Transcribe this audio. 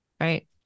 Right